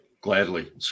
Gladly